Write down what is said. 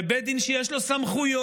בבית דין שיש לו סמכויות,